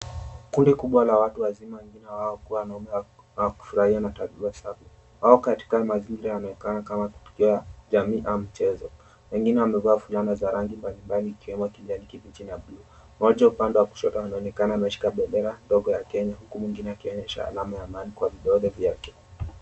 Kundi kubwa la watu wazima wengine wanaokuwa wanaume wa kufurahia na tabasamu. Wako katika mazingira yanayoonekana kama jamii au michezo. Wengine wamevaa fulana za rangi mbalimbali ikiwemo ya kijani kibichi na blue . Mmoja upande wa kushoto anaonekana ameshika bendera ndogo ya Kenya huku mwengine akionyesha alama ya amani kwenye kidole chake.